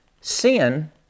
Sin